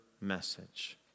message